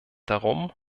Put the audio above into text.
darum